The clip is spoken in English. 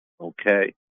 Okay